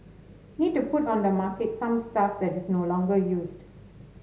need to put on the market some stuff that is no longer used